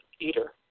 eater